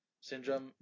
syndrome